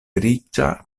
riĉa